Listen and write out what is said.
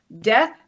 death